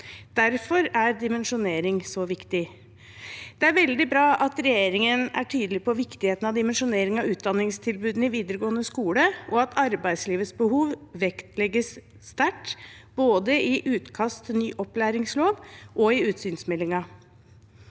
Derfor er dimensjonering så viktig. Det er veldig bra at regjeringen er tydelig på viktigheten av dimensjonering av utdanningstilbudene i vi deregående skole, og at arbeidslivets behov vektlegges sterkt, både i utkast til ny opplæringslov og i utsynsmeldingen.